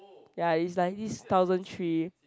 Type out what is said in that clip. ya is like this thousand three